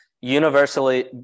universally